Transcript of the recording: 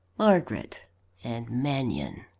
margaret and mannion!